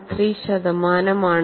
13 ശതമാനമാണ്